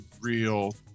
real